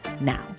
now